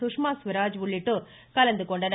சுஷ்மாஸ்வராஜ் உள்ளிட்டோர் கலந்துகொண்டனர்